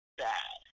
bad